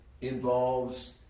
involves